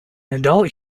adult